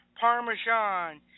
Parmesan